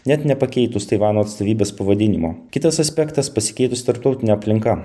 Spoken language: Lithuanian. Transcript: net nepakeitus taivano atstovybės pavadinimo kitas aspektas pasikeitusi tarptautinė aplinka